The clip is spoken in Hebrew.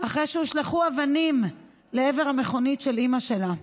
אחרי שהושלכו אבנים לעבר המכונית של אימא שלה,